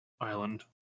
island